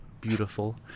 beautiful